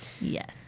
Yes